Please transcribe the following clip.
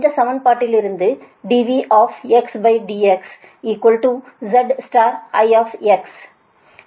இந்த சமன்பாட்டிலிருந்து dV dx zI